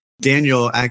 Daniel